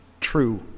true